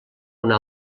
una